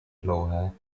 dlouhé